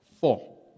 four